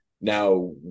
Now